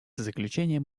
заключение